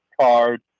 card